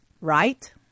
Right